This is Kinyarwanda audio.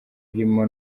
irimo